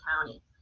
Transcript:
County